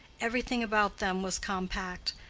everything about them was compact,